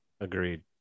agreed